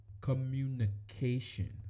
communication